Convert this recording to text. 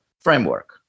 framework